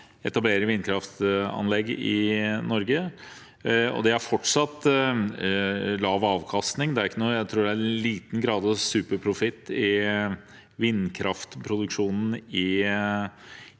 etablere vindkraftanlegg i Norge. Det er fortsatt lav avkastning. Jeg tror det er liten grad av superprofitt innen vindkraftproduksjonen i